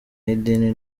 y’idini